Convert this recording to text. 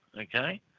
okay